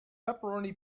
pepperoni